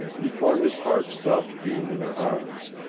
before his heart stopped beating in her arms,